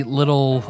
little